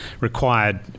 required